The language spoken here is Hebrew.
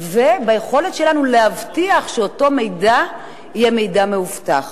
והיכולת שלנו להבטיח שאותו מידע יהיה מידע מאובטח,